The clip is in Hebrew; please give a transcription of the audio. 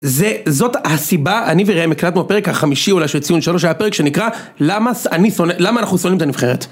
זאת הסיבה, אני וראם הקלטנו הפרק החמישי אולי של ציון שלוש היה הפרק שנקרא: למה אני שונה למה אנחנו שונאים את הנבחרת